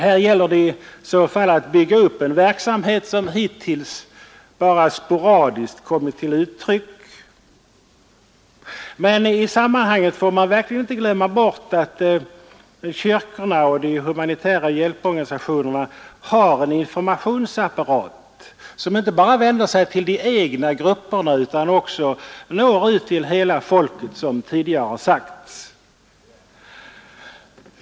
Här gäller det i så fall att bygga upp en verksamhet som hittills kommit bara sporadiskt till uttryck. Men i sammanhanget får man verkligen inte glömma bort att kyrkorna och de humanitära hjälporganisationerna har en informationsapparat, som inte bara vänder sig till de egna grupperna utan också når ut till hela folket, såsom tidigare sagts.